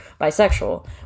bisexual